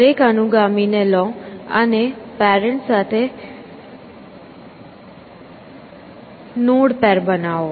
દરેક અનુગામીને લો અને પેરેન્ટ્સ સાથે નોડ પેર બનાવો